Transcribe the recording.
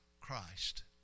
Christ